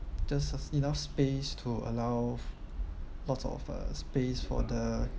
just have enough space to allow lots of uh space for the